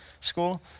school